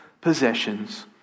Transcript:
possessions